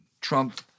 Trump